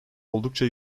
oldukça